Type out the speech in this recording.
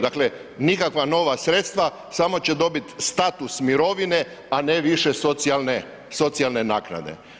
Dakle, nikakva nova sredstva, samo će dobiti status mirovine, a ne više socijalne naknade.